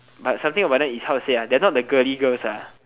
but something about them is how to say they are not the girly girls